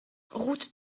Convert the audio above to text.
route